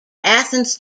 athens